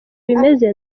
bimeze